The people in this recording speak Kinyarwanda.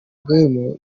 game